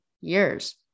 years